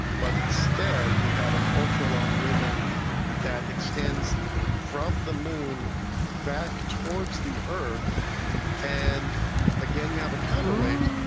but instead, we have an ultra-long ribbon that extends from the moon back towards the earth and again you have a counterweight,